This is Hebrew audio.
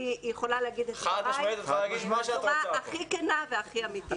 יכולה לומר את דבריי בצורה הכי כנה והכי אמיתית.